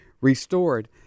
restored